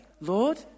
Lord